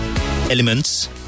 elements